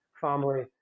family